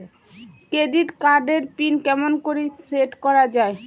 Credit card এর PIN কেমন করি সেট করা য়ায়?